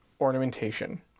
ornamentation